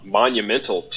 monumental